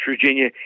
Virginia